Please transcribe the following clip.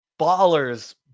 ballers